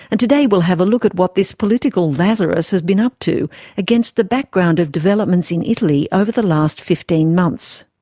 and today we'll have a look at what this political lazarus has been up to against the background of developments in italy over the last fifteen months.